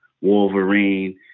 Wolverine